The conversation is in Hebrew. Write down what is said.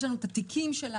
יש לנו את התיקים שלנו,